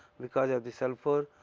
because of the sulphur,